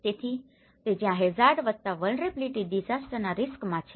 તેથી તે છે જ્યાં હેઝાર્ડ વત્તા વલ્નરેબીલીટી ડીઝાસ્ટરના રિસ્કમાં છે